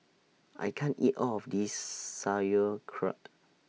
I can't eat All of This Sauerkraut